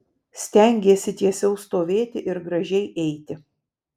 stengiesi tiesiau stovėti ir gražiai eiti